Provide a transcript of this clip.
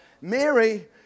Mary